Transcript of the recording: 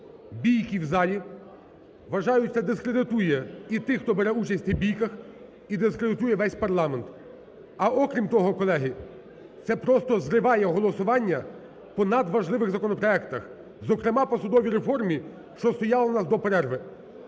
бійки в залі. Вважаю, це дискредитує і тих, хто бере участь в цих бійках і дискредитує весь парламент. А окрім того, колеги, це просто зриває голосування по надважливих законопроектах, зокрема по судовій реформі, що стояло в нас до перерви.